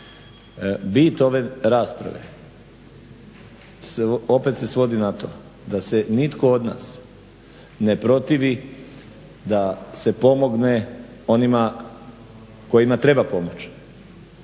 bit ove rasprave opet se svodi na to da se nitko od nas ne protivi da se pomogne onima kojima treba pomoć.